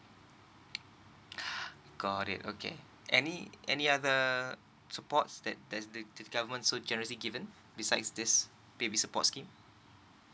got it okay any any supportss that that's the government so generously given besides this baby support scheme